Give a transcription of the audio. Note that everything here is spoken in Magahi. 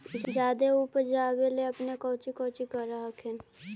जादे उपजाबे ले अपने कौची कौची कर हखिन?